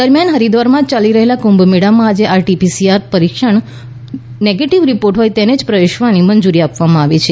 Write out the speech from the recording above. દરમિયાન હરિદ્વારમાં ચાલી રહેલા કુંભમેળામાં જ આરટી પીસીઆર નેગેટીવ રીપોર્ટ હોય તેને જ પ્રવેશવાની મંજૂરી આપવામાં આવે છે